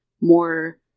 more